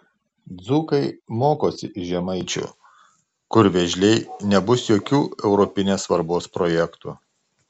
dzūkai mokosi iš žemaičių kur vėžliai nebus jokių europinės svarbos projektų